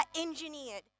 engineered